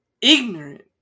ignorant